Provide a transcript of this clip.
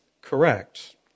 correct